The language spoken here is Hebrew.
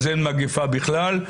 אז אין מגפה בכלל.